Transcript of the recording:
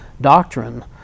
doctrine